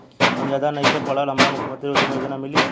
हम ज्यादा नइखिल पढ़ल हमरा मुख्यमंत्री उद्यमी योजना मिली?